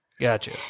Gotcha